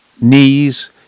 knees